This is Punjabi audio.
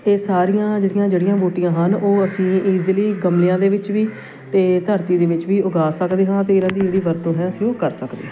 ਇਹ ਸਾਰੀਆਂ ਜਿਹੜੀਆਂ ਜੜੀਆਂ ਬੂਟੀਆਂ ਹਨ ਉਹ ਅਸੀਂ ਇਜ਼ੀਲੀ ਗਮਲਿਆਂ ਦੇ ਵਿੱਚ ਵੀ ਅਤੇ ਧਰਤੀ ਦੇ ਵਿੱਚ ਵੀ ਉਗਾ ਸਕਦੇ ਹਾਂ ਅਤੇ ਇਹਨਾਂ ਦੀ ਜਿਹੜੀ ਵਰਤੋਂ ਹੈ ਅਸੀਂ ਉਹ ਕਰ ਸਕਦੇ ਹਾਂ